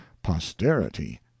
posterity